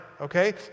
okay